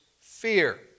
fear